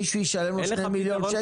מישהו ישלם לו שני מיליון שקל?